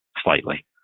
slightly